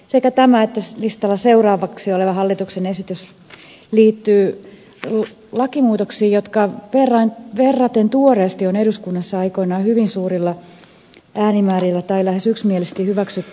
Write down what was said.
sekä tämä että listalla seuraavaksi oleva hallituksen esitys liittyy lakimuutoksiin jotka verraten tuoreesti on eduskunnassa aikoinaan hyvin suurilla äänimäärillä tai lähes yksimielisesti hyväksytty